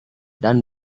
dan